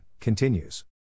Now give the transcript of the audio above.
continues